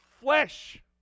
flesh